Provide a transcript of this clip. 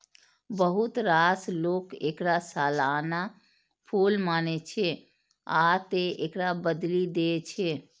बहुत रास लोक एकरा सालाना फूल मानै छै, आ तें एकरा बदलि दै छै